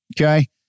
okay